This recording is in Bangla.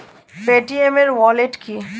পেটিএম ওয়ালেট কি?